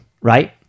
right